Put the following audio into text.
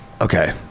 Okay